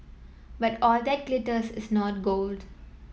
but all that glisters is not gold